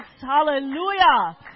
Hallelujah